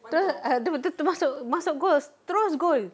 tu tu tu masuk masuk goals terus goal